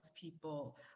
people